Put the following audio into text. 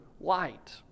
light